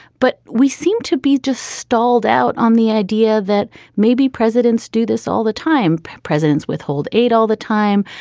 but we seem to be just stalled out on the idea that maybe presidents do this all the time. presidents withhold aid all the time.